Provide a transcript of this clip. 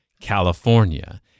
california